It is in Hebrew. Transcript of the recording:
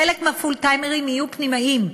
חלק מהפול-טיימרים יהיו פנימאים.